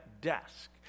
desk